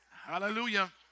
Hallelujah